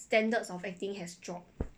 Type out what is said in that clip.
standards of acting has dropped